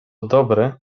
dobre